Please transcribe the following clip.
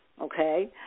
okay